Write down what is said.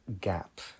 gap